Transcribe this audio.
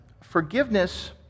forgiveness